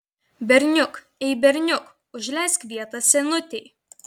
berniuk ei berniuk užleisk vietą senutei